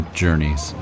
journeys